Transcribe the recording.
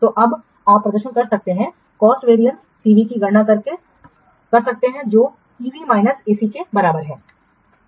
तो अब आप प्रदर्शन कर सकते हैं कॉस्ट वेरियस CV की गणना कर सकते हैं जो EV माइनस AC के बराबर है